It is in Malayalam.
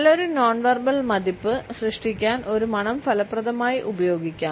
നല്ലൊരു നോൺ വെർബൽ മതിപ്പ് സൃഷ്ടിക്കാൻ ഒരു മണം ഫലപ്രദമായി ഉപയോഗിക്കാം